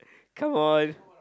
come on